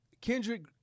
Kendrick